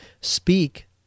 speak